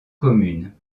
communes